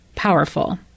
powerful